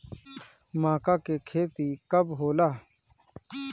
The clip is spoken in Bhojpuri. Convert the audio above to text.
माका के खेती कब होला?